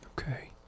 okay